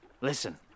Listen